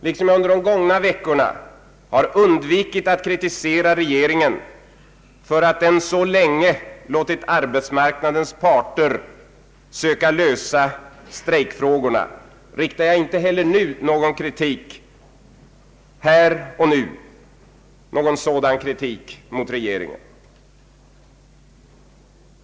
Liksom jag under de gångna veckorna har undvikit att kritisera regeringen för att den så länge har låtit arbetsmarknadens parter söka lösa strejkfrågorna, riktar jag inte heller nu någon kritik här mot regeringen.